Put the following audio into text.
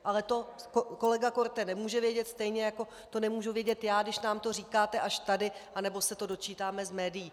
Ale to kolega Korte nemůže vědět, stejně jako to nemůžu vědět já, když nám to říkáte až tady nebo se to dočítáme z médií.